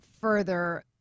further